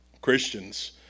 Christians